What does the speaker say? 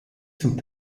zum